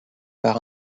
part